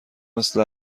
مثل